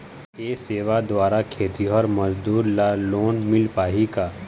ये सेवा द्वारा खेतीहर मजदूर ला लोन मिल पाही का?